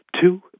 two